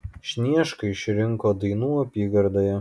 sniešką išrinko dainų apygardoje